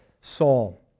Saul